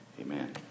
Amen